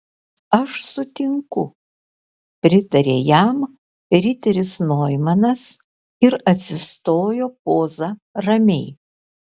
aš sutinku pritarė jam riteris noimanas ir atsistojo poza ramiai